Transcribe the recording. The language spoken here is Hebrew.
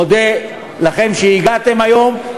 מודה לכם שהגעתם היום.